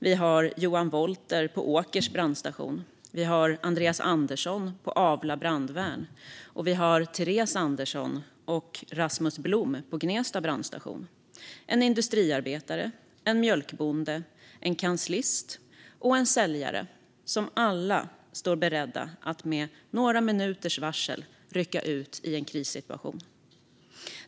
Vi har Johan Wolter på Åkers brandstation, Andreas Andersson på Avla brandvärn och Therese Andersson och Rasmus Blom på Gnesta brandstation - en industriarbetare, en mjölkbonde, en kanslist och en säljare som alla står beredda att med några minuters varsel rycka ut i en krissituation.